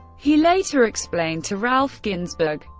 he later explained to ralph ginzburg,